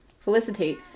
felicitate